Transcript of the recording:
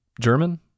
German